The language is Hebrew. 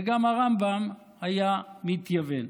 וגם הרמב"ם היה מתייוון.